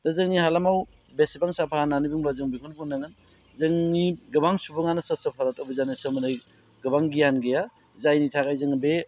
बे जोंनि हालामाव बेसेबां साफा होननानै बुङोब्ला जों बेखौनो बुंदों जोंनि गोबां सुबुङानो स्वच्च भारत अभिजाननि सोमोन्दै गोबां गियान गैया जायनि थाखाय जोङो बे